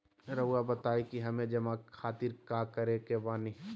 रहुआ बताइं कि हमें जमा खातिर का करे के बानी?